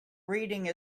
reading